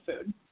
food